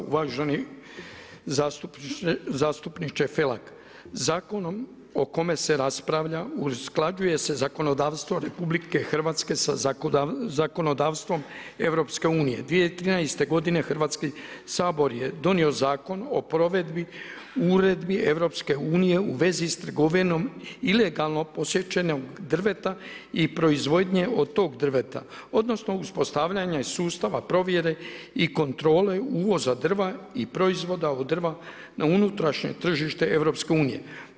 Uvaženi zastupniče Felak, zakonom o kome se raspravlja usklađuje se zakonodavstvo RH sa zakonodavstvom EU-a., 2013. godine Hrvatski sabor je donio Zakon o provedbi uredbe EU-a u vezi s trgovinom ilegalnom posječenog drveta i proizvodnje od tog drveta odnosno uspostavljanje iz sustava provjere i kontrole uvoza drva i proizvoda od drva na unutrašnje tržište EU-a.